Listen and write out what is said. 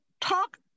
talk